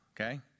okay